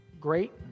great